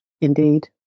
Indeed